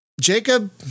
Jacob